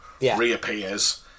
reappears